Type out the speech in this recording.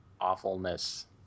awfulness